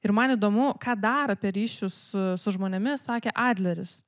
ir man įdomu ką dar apie ryšius su žmonėmis sakė adleris